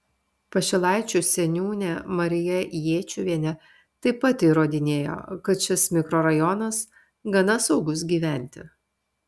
pašilaičių seniūnė marija jėčiuvienė taip pat įrodinėjo kad šis mikrorajonas gana saugus gyventi